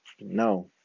no